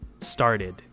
started